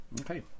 Okay